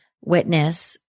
witness